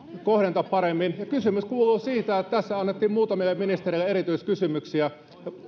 kohdentaa paremmin kysymys kuuluu siitä että tässä annettiin muutamille ministereille erityiskysymyksiä